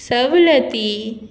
सवलती